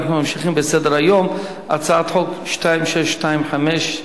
אנחנו ממשיכים בסדר-היום: הצעת חוק מס' 2625,